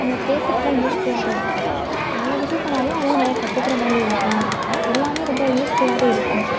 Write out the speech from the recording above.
அவங்க பேசுகிறதுலாம் யூஸ்ஃபுல்லாகவே இருக்கும் பல விஷயம் சொன்னாலும் அதுலருந்து நிறையா கற்றுக்கிற மாதிரி இருக்கும் எல்லாமே ரொம்ப யூஸ்ஃபுல்லாகவே இருக்கும்